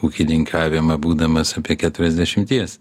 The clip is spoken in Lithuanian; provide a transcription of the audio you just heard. ūkininkavimą būdamas apie keturiasdešimties